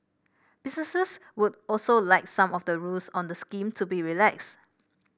businesses would also like some of the rules on the scheme to be relaxed